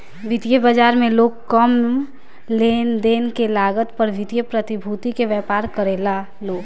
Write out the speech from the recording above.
वित्तीय बाजार में लोग कम लेनदेन के लागत पर वित्तीय प्रतिभूति के व्यापार करेला लो